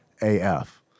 AF